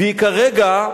והיא כרגע,